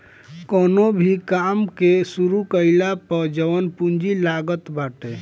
कवनो भो काम के शुरू कईला पअ जवन पूंजी लागत बाटे